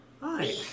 Hi